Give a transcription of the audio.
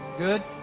good?